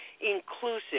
inclusive